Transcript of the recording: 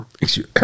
excuse